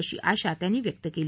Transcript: अशी आशा त्यांनी व्यक्त केली